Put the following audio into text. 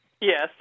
Yes